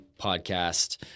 podcast